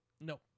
no